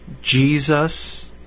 Jesus